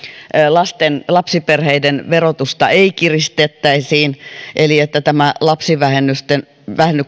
lapsiperheiden verotusta ei kiristettäisi eli että tämä lapsivähennyksen